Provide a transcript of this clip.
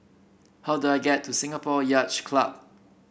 how do I get to Singapore Yacht Club